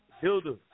Hilda